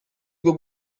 bwo